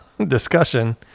discussion